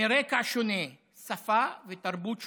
מרקע שונה, שפה ותרבות שונה.